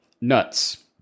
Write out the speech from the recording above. nuts